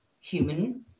human